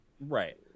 Right